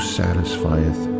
satisfieth